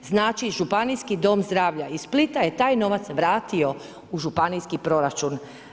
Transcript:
Znači županijski dom zdravlja iz Splita je taj novac vratio u županijski proračun.